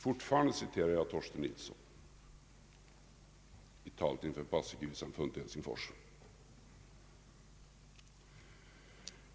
Fortfarande citerar jag Torsten Nilsson i talet inför Paasikivisamfundet i Helsingfors.